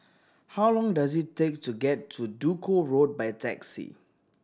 how long does it take to get to Duku Road by taxi